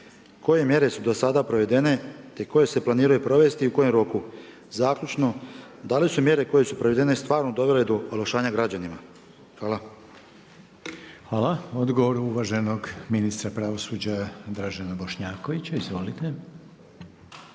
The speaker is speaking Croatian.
Koje mjere su do sad provedene i koje se planiraju provesti i u kojem roku. Zaključno da li su mjere koje su provedene stvarno dovele do olakšanja građanima. Hvala. **Reiner, Željko (HDZ)** Hvala. Odgovor, uvaženog ministra pravosuđa Dražen Bošnjakovića. Izvolite.